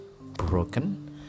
broken